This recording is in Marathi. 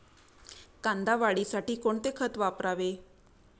कांदा वाढीसाठी कोणते खत वापरावे?